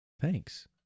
thanks